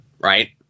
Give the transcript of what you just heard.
right